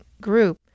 group